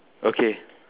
okay